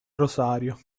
rosario